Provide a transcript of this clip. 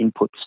inputs